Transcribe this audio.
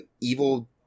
evil